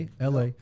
LA